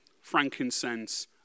frankincense